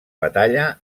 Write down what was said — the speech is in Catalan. batalla